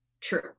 true